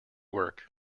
work